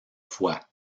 fois